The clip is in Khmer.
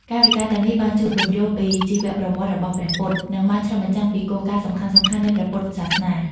កាយវិការទាំងនេះបានជួយពន្យល់ពីជីវប្រវត្តិរបស់ព្រះពុទ្ធ និងបានឆ្លុះបញ្ចាំងពីគោលការណ៍សំខាន់ៗនៃព្រះពុទ្ធសាសនា។